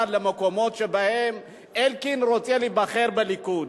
למקומות שבהם אלקין רוצה להיבחר בליכוד.